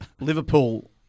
Liverpool